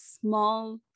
small